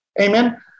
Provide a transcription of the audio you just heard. Amen